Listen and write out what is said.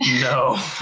no